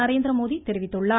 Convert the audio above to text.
நரேந்திரமோடி தெரிவித்துள்ளார்